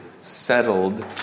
settled